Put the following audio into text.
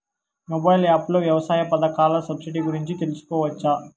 Mobile app లో వ్యవసాయ పథకాల సబ్సిడి గురించి తెలుసుకోవచ్చా?